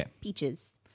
peaches